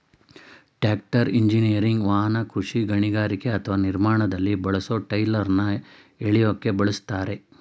tractor engineering ವಾಹನ ಕೃಷಿ ಗಣಿಗಾರಿಕೆ ಅಥವಾ ನಿರ್ಮಾಣದಲ್ಲಿ ಬಳಸೊ ಟ್ರೈಲರ್ನ ಎಳ್ಯೋಕೆ ಬಳುಸ್ತರೆ